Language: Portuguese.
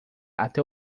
até